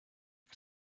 que